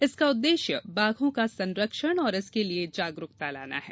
इसका उद्देश्य बाघों का संरक्षण और इसके लिए जागरुकता लाना है